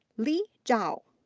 li zhao.